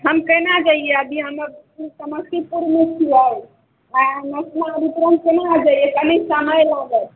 हम केना जाइए अभी हम तऽ समस्तीपुरमे छियै आँय पुर अभी तुरन्त केना जाइए कनि समय लागत